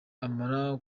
amara